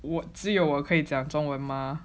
只有我可以讲中文吗